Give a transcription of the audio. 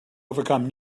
overcome